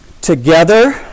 together